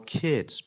kids